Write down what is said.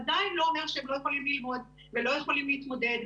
עדיין לא אומר שהם לא יכולים ללמוד ולא יכולים להתמודד,